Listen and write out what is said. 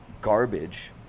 garbage